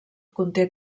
conté